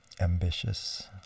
ambitious